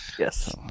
Yes